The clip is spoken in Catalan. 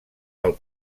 del